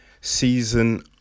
season